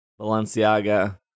Balenciaga